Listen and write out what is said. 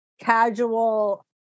casual